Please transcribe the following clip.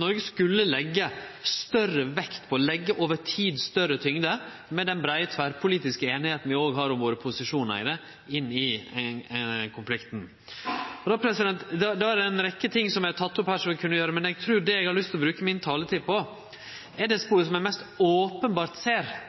Noreg skulle leggje større vekt på og større tyngd i den breie, tverrpolitiske einigheita vi òg har om våre posisjonar i konflikten. Det er ei rekkje ting som er tekne opp her som vi kunne gjere, men det eg trur eg har lyst til å bruke taletida mi på, er det sporet som ein mest openbert ser,